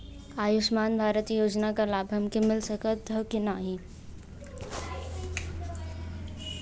आयुष्मान भारत योजना क लाभ हमके मिल सकत ह कि ना?